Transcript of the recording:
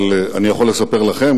אבל אני יכול לספר לכם,